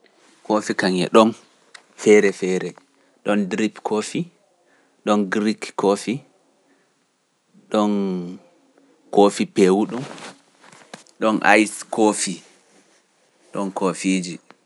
Kafe kam e ɗon feere feere, ɗon drip ɗon kafe grik ɗon kafe peewudun, ɗon kafe ice, ɗon koofiiji duddi.